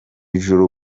ijuru